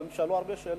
אתם תשאלו הרבה שאלות.